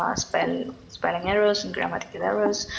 um spelling spelling errors and grammatical errors.